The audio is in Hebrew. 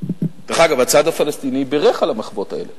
דרך אגב, הצד הפלסטיני בירך על המחוות האלה